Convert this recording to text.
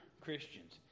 Christians